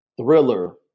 thriller